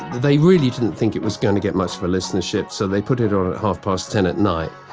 they really didn't think it was gonna get much of a listenership, so they put it on at half past ten at night.